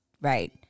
right